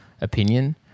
opinion